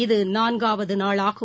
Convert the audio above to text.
இது நான்காவது நாளாகும்